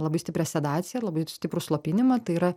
labai stiprią sedaciją labai stiprų slopinimą tai yra